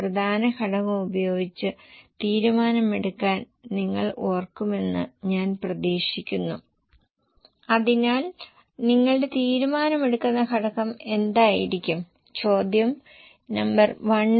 അസംസ്കൃത വസ്തുക്കളുടെ വിലയുടെ വിഭാഗത്തിലേക്ക് പോയാൽ പ്രതീക്ഷിക്കുന്ന വളർച്ചാ നിരക്ക് 10 മുതൽ 15 ശതമാനം വരെയാണ്